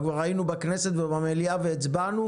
אנחנו כבר היינו במליאה והצבענו,